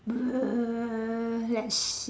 err let's see